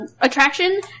attraction